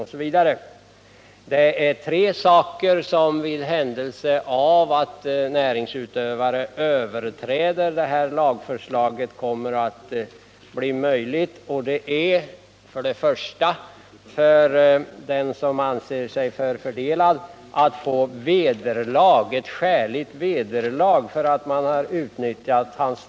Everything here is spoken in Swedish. Det är tre saker som kommer att bli möjliga i händelse att näringsutövare överträder lagförslaget, nämligen: För det första blir det möjligt för den som anser sig förfördelad att få ett skäligt vederlag för att hans namn eller bild utnyttjas.